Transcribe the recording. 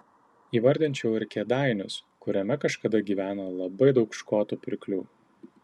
įvardinčiau ir kėdainius kuriame kažkada gyveno labai daug škotų pirklių